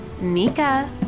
Mika